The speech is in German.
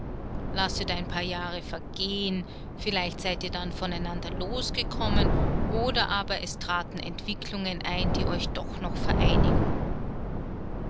lasset ein paar jahre vergehen vielleicht seid ihr dann voneinander losgekommen oder aber es traten entwicklungen ein die euch doch noch vereinigen